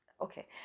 Okay